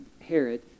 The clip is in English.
Herod